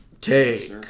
Take